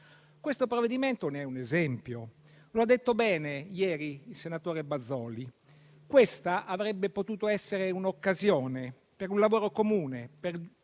Questo provvedimento ne è un esempio. Lo ha detto bene ieri il senatore Bazoli: questa avrebbe potuto essere un'occasione per un lavoro comune,